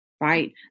right